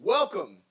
Welcome